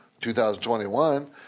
2021